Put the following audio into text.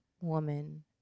woman